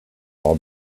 all